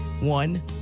One